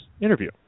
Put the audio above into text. interview